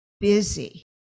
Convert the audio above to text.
busy